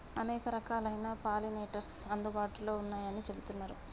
అనేక రకాలైన పాలినేటర్స్ అందుబాటులో ఉన్నయ్యని చెబుతున్నరు